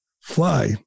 fly